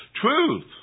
truth